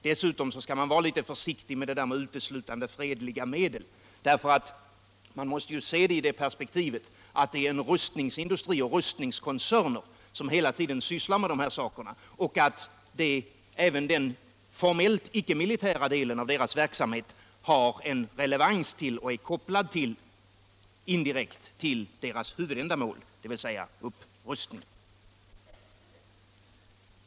Dessutom skall man vara litet försiktig med uttrycket ”uteslutande fredliga medel”, därför att man måste se detta i perspektivet att det är rustningsindustrier och rustningskoncerner som hela tiden sysslar med de här sakerna och att även den formellt icke militära delen av deras verksamhet har relevans till och är indirekt kopplad till deras huvudändamål, dvs. upprustning.